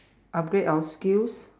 upgrade our skills